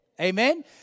Amen